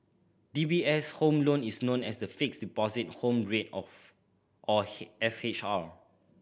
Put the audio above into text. D B S' Home Loan is known as the Fixed Deposit Home Rate of or F H R